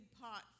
pot